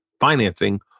financing